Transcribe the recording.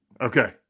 okay